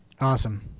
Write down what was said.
Awesome